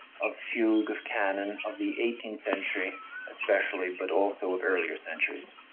of fugue, of canon of the eighteenth century especially but also of earlier centuries.